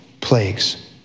plagues